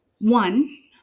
one